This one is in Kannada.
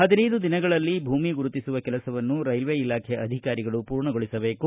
ಪದಿನೈದು ದಿನಗಳಲ್ಲಿ ಭೂಮಿ ಗುರುತಿಸುವ ಕೆಲಸವನ್ನು ರೈಲ್ವೆ ಇಲಾಖೆ ಅಧಿಕಾರಿಗಳು ಪೂರ್ಣಗೊಳಿಸಬೇಕು